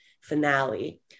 finale